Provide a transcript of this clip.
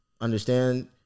understand